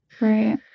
right